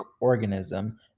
organism